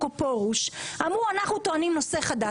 או פרוש ואמרו שהם טוענים נושא חדש,